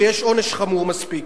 ויש עונש חמור מספיק.